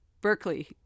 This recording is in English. Berkeley